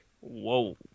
whoa